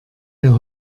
der